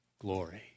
glory